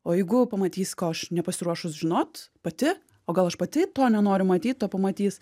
o jeigu pamatys ko aš nepasiruošus žinot pati o gal aš pati to nenoriu matyt o pamatys